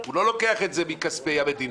הוא לא לוקח את זה מכספי המדינה.